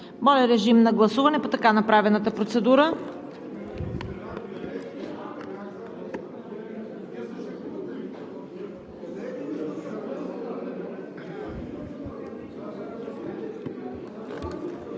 Моля, режим на гласуване по така направената процедура.